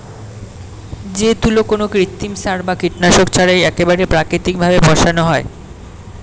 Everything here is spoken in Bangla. যে তুলো কোনো কৃত্রিম সার বা কীটনাশক ছাড়াই একেবারে প্রাকৃতিক ভাবে বানানো হয়